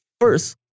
First